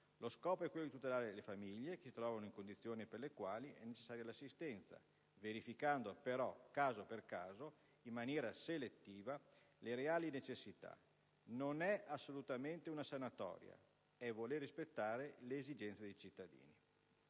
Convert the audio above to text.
Lo scopo è quello di tutelare le famiglie che si trovano in condizioni per le quali è necessaria l'assistenza, verificando però caso per caso, in maniera selettiva, le reali necessità. Non è assolutamente una sanatoria, è un volere rispettare le esigenze dei cittadini.